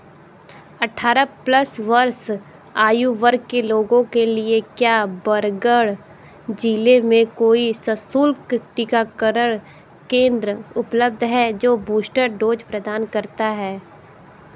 अठारह प्लस वर्ष आयु वर्ग के लोगों के लिए क्या बरगढ़ जिले में कोई सशुल्क टीकाकरण केंद्र उपलब्ध है जो बूस्टर डोज प्रदान करता है